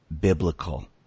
biblical